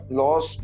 laws